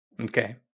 Okay